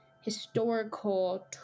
historical